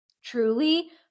truly